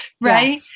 right